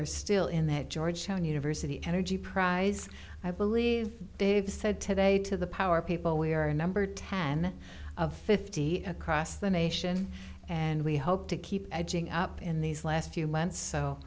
are still in that georgetown university energy prize i believe dave said today to the power people we are number ten of fifty across the nation and we hope to keep edging up in these last few months so